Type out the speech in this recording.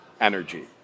energy